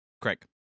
Craig